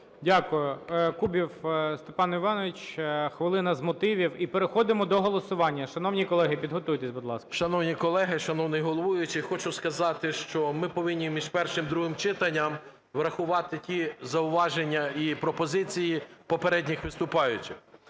Дякую. Кубів Степан Іванович, хвилина з мотивів. І переходимо до голосування. Шановні колеги, підготуйтесь, будь ласка. 13:52:55 КУБІВ С.І. Шановні колеги, шановний головуючий, хочу сказати, що ми повинні між першим, другим читанням врахувати ті зауваження і пропозиції попередніх виступаючих.